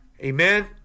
Amen